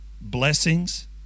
blessings